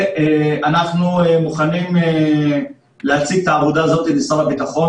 אנחנו מוכנים להציג את העבודה הזאת לשר הביטחון,